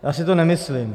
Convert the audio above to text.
Já si to nemyslím.